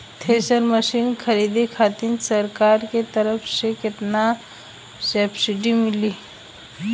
Thresher machine खरीदे खातिर सरकार के तरफ से केतना सब्सीडी मिली?